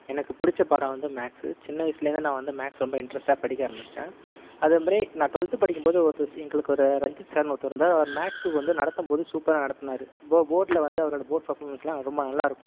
எனக்கு பிடிச்ச பாடம் வந்து மேக்ஸ்சு சின்ன வயசில் இருந்து நான் வந்து மேக்ஸ் ரொம்ப இன்ட்ரஸ்டாக படிக்க ஆரம்பிச்சுவிட்டேன் அதே மாதிரி நான் டூவல்த் படிக்கும்போது எங்களுக்கு ஒரு ரஞ்சித் சார்னு ஒருத்தர் இருந்தார் அவர் மேக்ஸ் வந்து நடத்தும் போது சூப்பராக நடத்துனார் போர்டில் வந்து அவரோடய போர்டு பர்பாமன்ஸ்சில் ரொம்ப நல்ல இருக்கும்